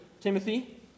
Timothy